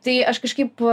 tai aš kažkaip